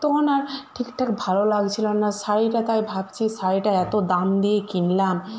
তখন আর ঠিকঠাক ভালো লাগছিলো না শাড়িটা তাই ভাবছি শড়িটা এতো দাম দিয়ে কিনলাম